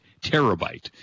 Terabyte